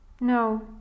No